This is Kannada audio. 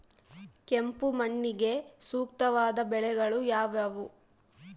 ಕೆಂಪು ಮಣ್ಣಿಗೆ ಸೂಕ್ತವಾದ ಬೆಳೆಗಳು ಯಾವುವು?